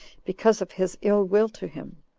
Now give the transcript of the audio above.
because of his ill-will to him.